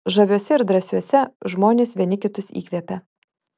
žaviuose ir drąsiuose žmonės vieni kitus įkvepia